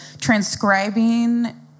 transcribing